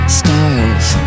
styles